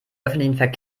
öffentlichen